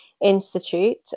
Institute